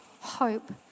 hope